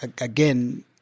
again